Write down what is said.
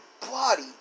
body